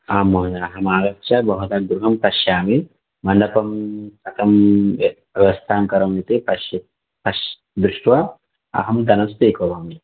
आं महोदय अहमागत्य भवतः गृहं पश्यामि मण्डपं कथं व्यवस्थां करोमि इति पश्य पश् दृष्ट्वा अहं धनं स्वीकरोमि